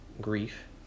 Grief